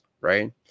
right